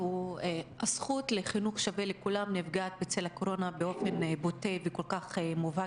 הזכות לחינוך שווה לכולם נפגעת בצל הקורונה באופן בוטה וכל כך מובהק,